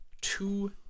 Two